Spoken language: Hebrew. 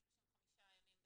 זה 35 ימים בשנה,